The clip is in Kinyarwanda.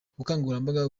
ubukangurambaga